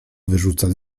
wyrzucać